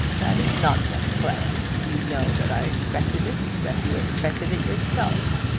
that is nonsense, clara. you know that i expected it that you expected it yourself.